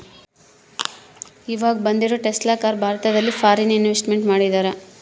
ಈವಾಗ ಬಂದಿರೋ Tesla car ಭಾರತದಲ್ಲಿ ಫಾರಿನ್ ಇನ್ವೆಸ್ಟ್ಮೆಂಟ್ ಮಾಡಿದರಾ